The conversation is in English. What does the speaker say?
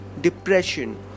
depression